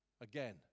Again